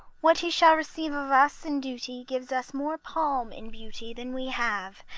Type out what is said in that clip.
what he shall receive of us in duty gives us more palm in beauty than we have,